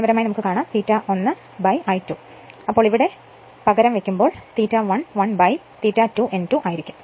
അതിനാൽ ഇവിടെ പകരം വയ്ക്കുക അത് ∅1 1 ∅2 n2 ആയിരിക്കും